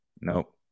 Nope